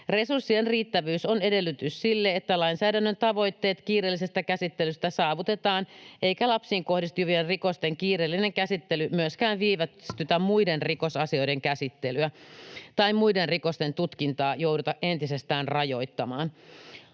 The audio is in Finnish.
Resurssien riittävyys on edellytys sille, että lainsäädännön tavoitteet kiireellisestä käsittelystä saavutetaan eikä lapsiin kohdistuvien rikosten kiireellinen käsittely myöskään viivästytä muiden rikosasioiden käsittelyä tai muiden rikosten tutkintaa jouduta entisestään rajoittamaan.